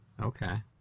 Okay